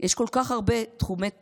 יש כל כך הרבה תחומי תוכן.